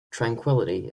tranquillity